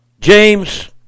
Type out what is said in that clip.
James